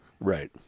right